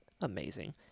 amazing